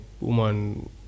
woman